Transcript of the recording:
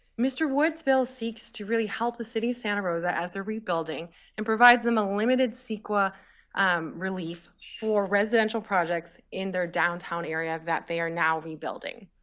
mr. wood's bill seeks to really help the city of santa rosa as they're rebuilding and provides them a limited ceqa relief for residential projects in their downtown area that they are now rebuilding.